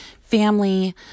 family